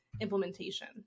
implementation